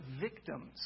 victims